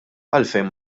għalfejn